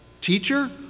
teacher